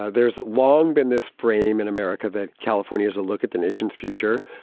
there's long been this frame in america that california has a look at the nation's future.